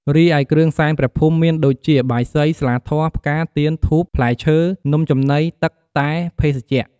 រីឯគ្រឿងសែនព្រះភូមិមានដូចជាបាយសី ស្លាធម៌ ផ្កា ទៀន ធូប ផ្លែឈើ នំចំណី ទឹក តែ ភេសជ្ជៈ ។